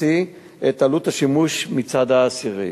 את עלות השימוש מצד האסירים.